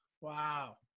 Wow